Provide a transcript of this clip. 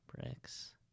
Bricks